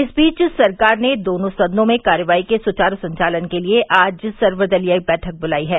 इस बीच सरकार ने दोनों सदनों में कार्यवाही के सुचारू संचालन के लिए आज सर्वदलीय बैठक बुलाई है